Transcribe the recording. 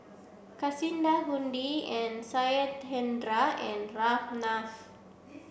Kasinadhuni and Satyendra and Ramnath